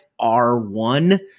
R1